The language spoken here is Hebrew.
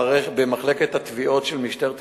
במחלקת התביעות של משטרת ישראל,